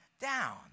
down